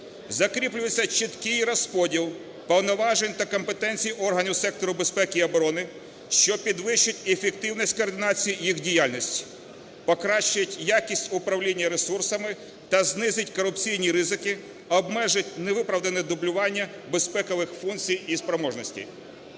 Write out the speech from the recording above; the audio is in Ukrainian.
Закріплюється чіткий розподіл повноважень та компетенції органів сектору безпеки і оборони, що підвищить ефективність координації їх діяльності, покращить якість управління ресурсами та знизить корупційні ризики, обмежить невиправдане дублювання безпекових функцій і спроможності.